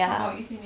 ya